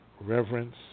reverence